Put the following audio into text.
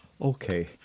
Okay